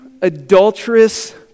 adulterous